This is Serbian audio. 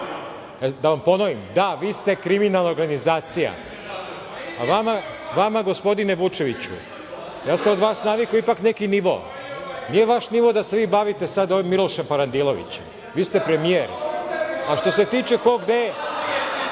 Da vam ponovim, da, vi ste kriminalna organizacija. Vama, gospodine Vučeviću, ja sam od vas navikao ipak neki nivo. Nije vaš nivo da se vi bavite sad ovim Milošem Parandilovićem. Vi ste premijer. Mir među životinjama.